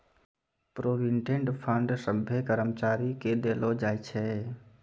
provident fund सभ्भे कर्मचारी के देलो जाय छै